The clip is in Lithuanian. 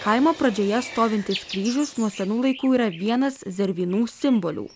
kaimo pradžioje stovintis kryžius nuo senų laikų yra vienas zervynų simbolių